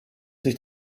sich